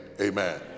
Amen